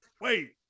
wait